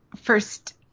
first